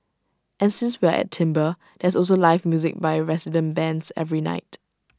and since we're at s there's also live music by resident bands every night